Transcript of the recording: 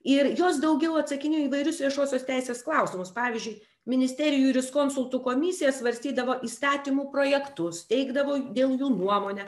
ir jos daugiau atsakinėjo įvairius viešosios teisės klausimus pavyzdžiui ministerijų juriskonsultų komisija svarstydavo įstatymų projektus teikdavo dėl jų nuomonę